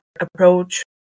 approach